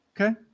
Okay